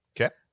Okay